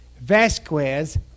Vasquez